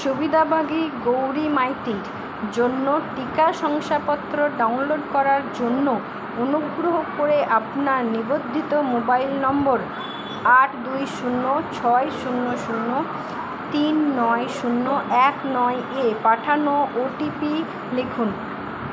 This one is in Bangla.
সুবিধাভোগী গৌরী মাইতির জন্য টিকা শংসাপত্র ডাউনলোড করার জন্য অনুগ্রহ করে আপনার নিবন্ধিত মোবাইল নম্বর আট দুই শূন্য ছয় শূন্য শূন্য তিন নয় শূন্য এক নয়ে পাঠানো ওটিপি লিখুন